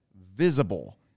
visible